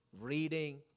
reading